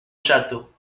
château